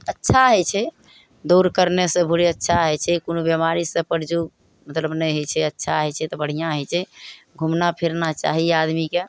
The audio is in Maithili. अच्छा होइ छै दौड़ करनेसँ भोरे अच्छा होइ छै कोनो बीमारीसँ पर योग मतलब नहि होइ छै अच्छा होइ छै तऽ बढ़िआँ होइ छै घुमना फिरना चाही आदमीके